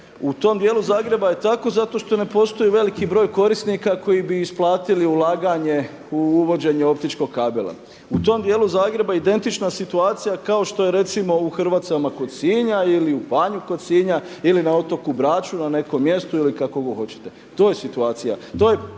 U tom djelu Zagreba je tako zato što ne postoji veliki broj korisnika koji bi isplatili ulaganje u uvođenje optičkog kabela. U tom djelu Zagreba identična situacija kako što je recimo u Hrvacima kod Sinja ili u Panju kod Sinja ili na otoku Braču, na nekom mjestu ili kako god hoćete. To je situacija,